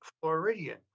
Floridian